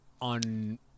on